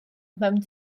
mewn